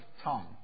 tongue